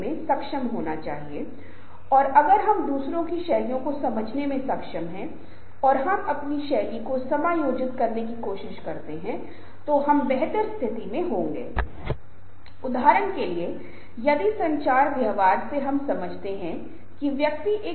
कृपया याद रखें संबंध बनाने के लिए एक साल महीनों एक साथ दिनों का समय लगता है लेकिन इसमें सिर्फ 1 मिनट 2 मिनट का समय लगेगा यदि आप किसी के लिए कुछ बुरे शब्द बोलते हैं और फिर यह संबंध तोड़ सकता है तो यह समूह को तोड़ सकता है यह हमारे समाज में हमारे संबंधों में बहुत सी समस्याओं को जान सकता है